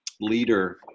leader